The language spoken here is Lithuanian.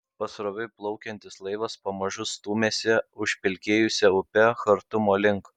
pasroviui plaukiantis laivas pamažu stūmėsi užpelkėjusia upe chartumo link